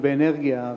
ובאנרגיה,